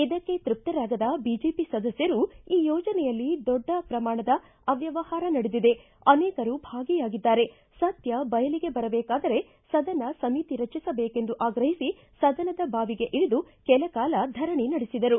ಇದಕ್ಕೆ ತೈಪ್ತರಾಗದ ಬಿಜೆಪಿ ಸದಸ್ಕರು ಈ ಯೋಜನೆಯಲ್ಲಿ ದೊಡ್ಡ ಪ್ರಮಾಣದ ಅವ್ವವಹಾರ ನಡೆದಿದೆ ಅನೇಕರು ಭಾಗಿಯಾಗಿದ್ದಾರೆ ಸತ್ಯ ಬಯಲಿಗೆ ಬರಬೇಕಾದರೆ ಸದನ ಸಮಿತಿ ರಚಿಸಬೇಕೆಂದು ಆಗ್ರಹಿಸಿ ಸದನದ ಬಾವಿಗೆ ಇಳಿದು ಕೆಲ ಕಾಲ ಧರಣಿ ನಡೆಸಿದರು